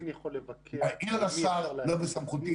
להעיר לשר לא בסמכותי,